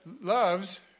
loves